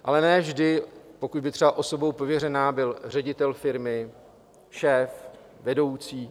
Ale ne vždy, pokud by třeba osobou pověřenou byl ředitel firmy, šéf, vedoucí.